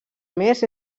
més